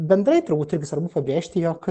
bendrai turbūt irgi svarbu pabrėžti jog